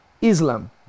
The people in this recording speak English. Islam